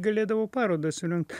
galėdavau parodą surengt